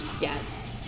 Yes